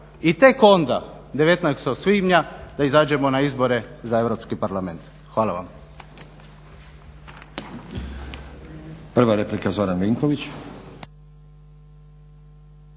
i tek onda 19. svibnja da izađemo na izbore za Europski parlament. Hvala vam.